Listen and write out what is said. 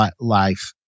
life